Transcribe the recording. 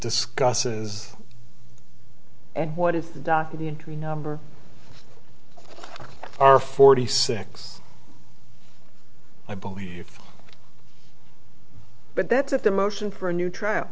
discusses and what if the documentary number are forty six i believe but that's at the motion for a new trial